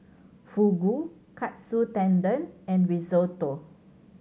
Fugu Katsu Tendon and Risotto